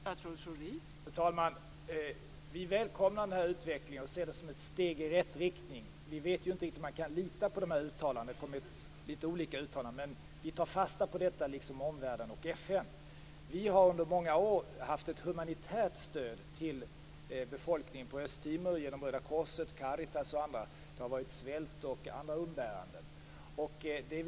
Fru talman! Vi välkomnar denna utveckling och ser den som ett steg i rätt riktning. Vi vet ju inte riktigt om man kan lita på dessa uttalanden, men vi tar fasta på dem, liksom omvärlden och FN. Vi har under många år genom Röda korset och Carritas gett ett humanitärt stöd till befolkningen på Östtimor. Människor har lidit av svält och andra umbäranden.